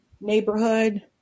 neighborhood